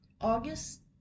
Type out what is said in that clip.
August